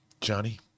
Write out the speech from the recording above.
Johnny